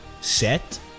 set